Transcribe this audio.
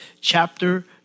chapter